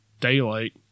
daylight